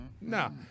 No